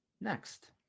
next